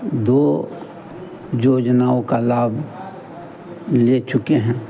दो योजनाओं का लाभ ले चुके हैं